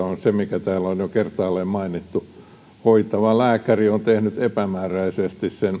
on se mikä täällä on jo kertaalleen mainittu hoitava lääkäri on tehnyt epämääräisesti sen